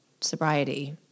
sobriety